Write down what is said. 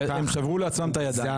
הם שברו לעצמם את הידיים.